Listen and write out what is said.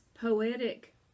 poetic